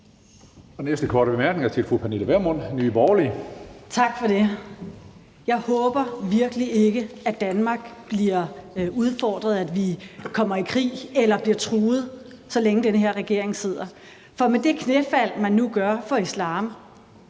næste korte bemærkning er til fru Pernille Vermund, Nye Borgerlige. Kl. 17:01 Pernille Vermund (NB): Tak for det. Jeg håber virkelig ikke, at Danmark bliver udfordret, at vi kommer i krig, eller at vi bliver truet, så længe den her regering sidder. For med det knæfald, som man nu gør for islam,